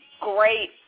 great